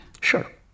Sure